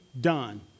done